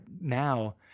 now